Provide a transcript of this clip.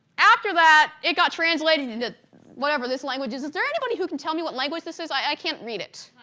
after that it got translated into whatever this language is. is there anybody who can tell me what language this is? i can't read it.